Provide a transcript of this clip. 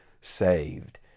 saved